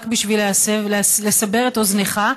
רק בשביל לסבר את אוזנך,